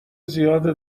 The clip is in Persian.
زیاده